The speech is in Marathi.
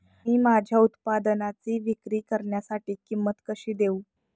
मी माझ्या उत्पादनाची विक्री करण्यासाठी किंमत कशी देऊ?